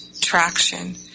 traction